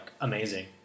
amazing